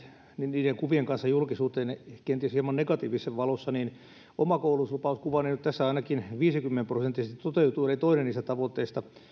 niiden kuvien kanssa julkisuuteen kenties hieman negatiivisessa valossa niin oma koulutuslupauskuvani nyt tässä ainakin viisikymmentä prosenttisesti toteutuu eli toinen niistä tavoitteista